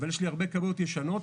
אבל יש לי הרבה כבאיות ישנות.